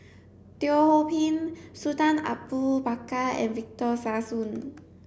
Teo Ho Pin Sultan Abu Bakar and Victor Sassoon